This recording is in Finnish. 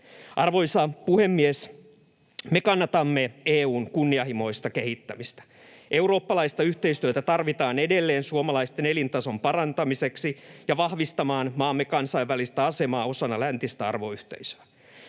Arvoisa puhemies! Me kannatamme EU:n kunnianhimoista kehittämistä. Eurooppalaista yhteistyötä tarvitaan edelleen suomalaisten elintason parantamiseksi ja vahvistamaan maamme kansainvälistä asemaa osana läntistä arvoyhteisöä.